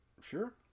Sure